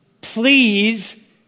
please